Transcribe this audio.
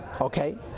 Okay